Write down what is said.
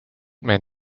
man